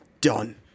done